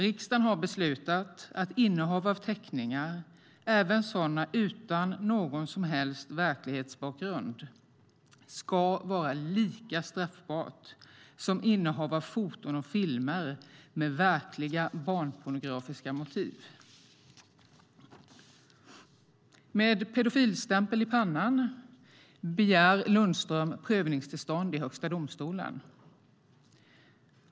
Riksdagen har beslutat att innehav av teckningar, även sådana utan någon som helst verklighetsbakgrund, ska vara lika straffbart som innehav av foton och filmer med verkliga barnpornografiska motiv. Med pedofilstämpel i pannan begär Lundström prövningstillstånd i Högsta domstolen.